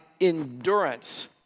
endurance